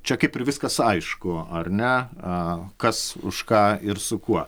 čia kaip ir viskas aišku ar ne a kas už ką ir su kuo